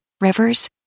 rivers